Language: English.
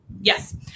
Yes